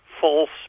false